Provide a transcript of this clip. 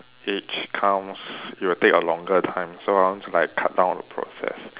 age counts it'll take a longer time so I want to like cut down on the process